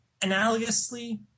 analogously